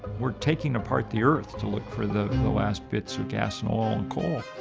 we're taking apart the earth to look for the and the last bits of gas and oil and coal.